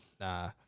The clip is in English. Nah